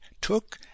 took